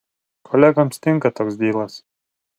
kolegoms tinka toks dylas